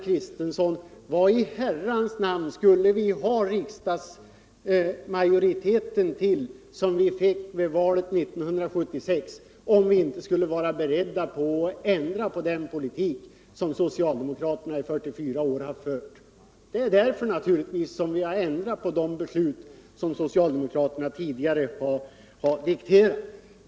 Men vad skulle vi ha den riksmajoritet till som vi fick vid valet 1976, om vi inte skulle vara beredda att ändra på den politik som socialdemokraterna i 44 år har fört? Det är ju naturligt att vi har ändrat på de beslut som socialdemokraterna tidigare har dikterat.